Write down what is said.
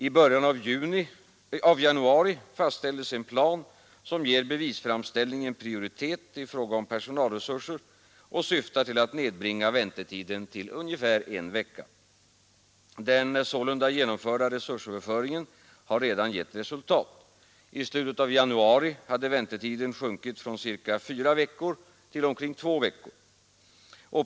I början av januari fastställdes en plan, som ger bevisframställningen prioritet i fråga om personalresurser och syftar till att nedbringa väntetiden till ungefär en vecka. Den sålunda genomförda resursöverföringen har redan givit resultat. I slutet av januari hade väntetiden sjunkit från ca fyra veckor till omkring två veckor.